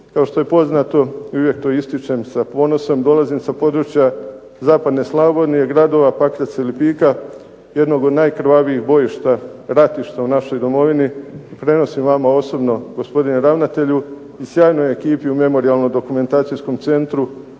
Kao što je poznato i uvijek to ističem sa ponosom, dolazim sa područja zapadne Slavonije, gradova Pakraca i Lipika, jednog od najkrvavijih ratišta u našoj domovini i prenosim vama osobno, gospodine ravnatelju i sjajnoj ekipi u Memorijalno-dokumentacijskom centru